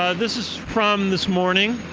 ah this is from this morning.